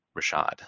Rashad